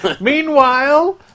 Meanwhile